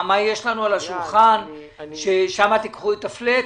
מה יש לנו על השולחן שממנו תיקחו את הקיצוץ פלאט,